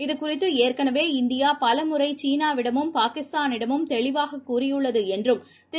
இதுகுறித்துஏற்கனவே இந்தியாபலமுறைசீனாவிடமும் பாகிஸ்தானிடமும் தெளிவாககூறியுள்ளதுஎன்றும் திரு